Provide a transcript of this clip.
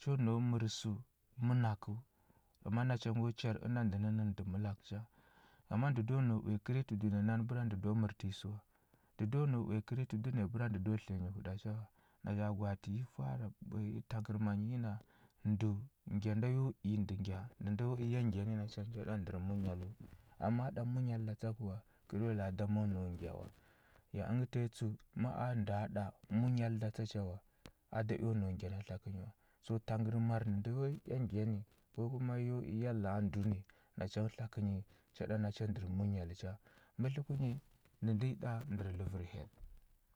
Cho nau mər səu mənakəu, ngama nacha ngo char əna ndə nənə nə ndə məlakə cha. Amma ndə do nau uya kərnyi tə dunəya nani bəra ndə do mərtə nyi sə wa. Ndə do nau uya kərnyi tə dunəya bəra ndə do tliya nyi huɗa cha wa. Nacha gwaati yi fara pə ɓe nyi tangərma yi nda ndəu ngya na yo i ndə ngya, ndə nda yo i ya ngya ni, nacha ngə cha ɗa ndər munyaləu. Am ma ɗa munyal da tsa kə wa, kər yo la a da mo nau ngya wa. Ya əngə tanyi tsəu, ma a nda ɗa munyal da tsa cha wa, a da eo nau ngya na tlakə nyi wa. So tangərmar ndə nda yo i ya ngya ni, ko kuma yo i ya la a ndə ni, nacha tlakə nyi cha ɗa nacha ndər munyal cha. Mətləkunyi. ndə ndə nyi ɗa ndər ləvər hyel.